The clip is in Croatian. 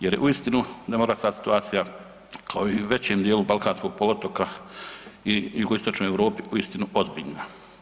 Jer uistinu ne mora sad situacija kao i u većem dijelu balkanskog poluotoka i u jugoistočnoj Europi uistinu ozbiljna.